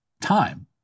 time